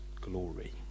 glory